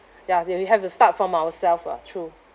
ya think we have to start from ourselves lah true